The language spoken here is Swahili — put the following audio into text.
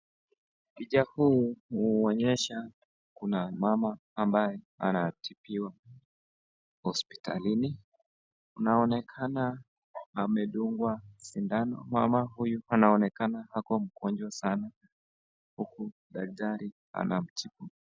Picha huu inaonyesha kuna mama ambaye anatibiwa hospitalini, anaonekana amedungwa sindano, mama huyu anaonekana ako mgonjwa sana huku daktari anamtibu.